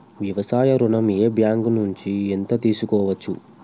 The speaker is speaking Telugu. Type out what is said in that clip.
వ్యవసాయ ఋణం ఏ బ్యాంక్ నుంచి ఎంత తీసుకోవచ్చు?